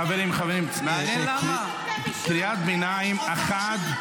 מי שנחשד בהסתה --- חברים, קריאת ביניים אחת.